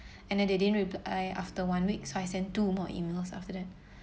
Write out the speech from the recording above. and then they didn't reply after one week so I sent two more emails after that